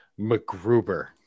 McGruber